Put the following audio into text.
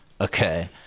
Okay